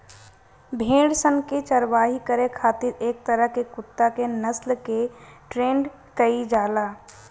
भेड़ सन के चारवाही करे खातिर एक तरह के कुत्ता के नस्ल के ट्रेन्ड कईल जाला